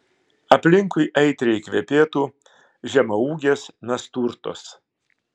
aplinkui aitriai kvepėtų žemaūgės nasturtos